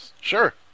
Sure